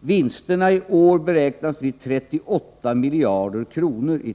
Tillverkningsindustrins vinster beräknas i år bli 38 miljarder kronor.